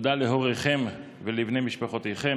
תודה להוריכם ולבני משפחותיכם.